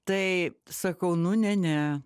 tai sakau nu ne ne